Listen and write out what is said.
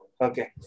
Okay